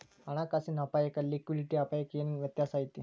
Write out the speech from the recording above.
ಹಣ ಕಾಸಿನ್ ಅಪ್ಪಾಯಕ್ಕ ಲಿಕ್ವಿಡಿಟಿ ಅಪಾಯಕ್ಕ ಏನ್ ವ್ಯತ್ಯಾಸಾ ಐತಿ?